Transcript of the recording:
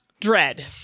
dread